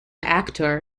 actor